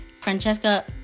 Francesca